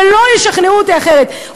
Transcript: ולא ישכנעו אותי אחרת.